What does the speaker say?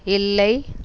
இல்லை